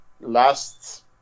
last